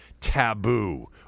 taboo